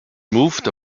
moved